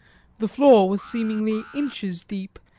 the floor was seemingly inches deep,